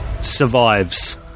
survives